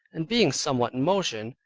and being somewhat in motion,